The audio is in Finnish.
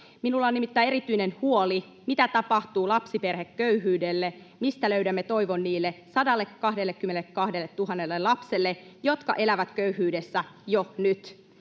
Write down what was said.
Minulla on nimittäin erityinen huoli, mitä tapahtuu lapsiperheköyhyydelle. Mistä löydämme toivon niille 122 000 lapselle, jotka elävät köyhyydessä jo nyt?